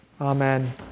Amen